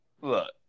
look